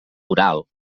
oral